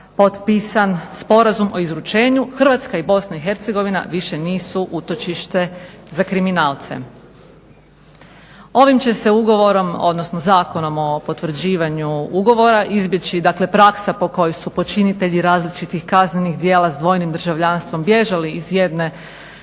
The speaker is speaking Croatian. potpisan Sporazum o izručenju, Hrvatska i BiH više nisu utočište za kriminalce. Ovim će se ugovorom odnosno Zakonom o potvrđivanju ugovora izbjeći dakle praksa po kojoj su počinitelji različitih kaznenih djela s dvojnim državljanstvom bježali iz jedne